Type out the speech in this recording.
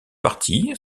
parti